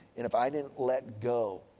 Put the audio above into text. if i didn't let go